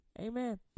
Amen